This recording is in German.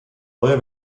neue